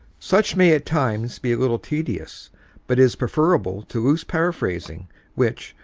such may at times be a little tedious but is preferable to iqose paraphrasing which,